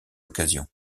occasion